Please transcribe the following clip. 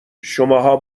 شماها